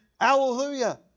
hallelujah